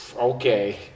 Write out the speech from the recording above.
okay